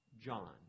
John